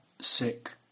sick